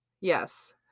Yes